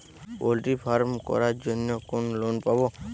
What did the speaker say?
Poultry farm করার জন্য কোন লোন পাব?